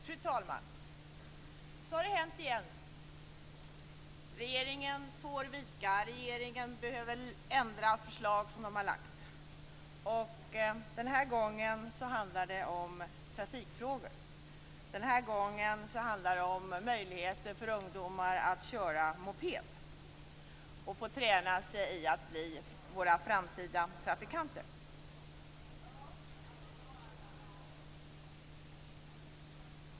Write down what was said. Fru talman! Så har det hänt igen. Regeringen får vika. Regeringen behöver ändra förslag som man har lagt fram. Denna gång handlar det om trafikfrågor. Denna gång handlar det om möjligheter för ungdomar att köra moped och träna sig i att vara trafikanter.